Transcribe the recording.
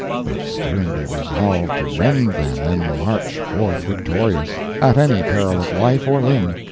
but sternly resolved to rend them and march forth victorious, at any peril of life or limb.